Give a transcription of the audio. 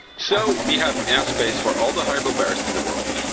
so we have enough space for all the haribo bears in the world.